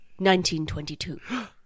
1922